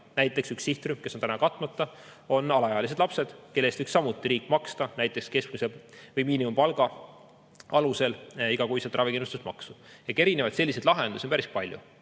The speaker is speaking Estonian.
Näiteks on üks sihtrühm, kes on täna katmata, alaealised lapsed, kelle eest võiks samuti riik maksta näiteks keskmise või miinimumpalga alusel iga kuu ravikindlustusmaksu. Erinevaid lahendusi on päris palju: